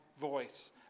voice